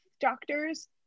doctors